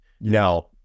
Now